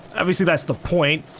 obviously that's the point.